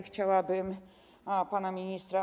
Chciałabym pana ministra.